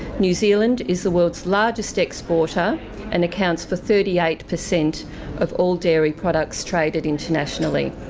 new zealand is the world's largest exporter and accounts for thirty eight percent of all dairy products traded internationally.